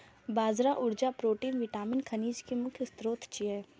बाजरा ऊर्जा, protein, vitamin, खनिज के मुख्य स्रोत छियै